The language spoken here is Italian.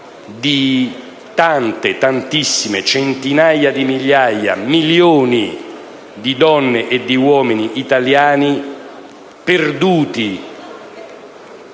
di vita di tantissimi, centinaia di migliaia, milioni di donne e di uomini italiani perduti